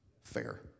fair